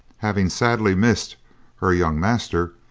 having sadly missed her young master,